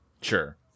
Sure